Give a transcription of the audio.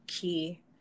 key